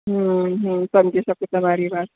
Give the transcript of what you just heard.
હમ હ હું સમજી શકું તમારી વાત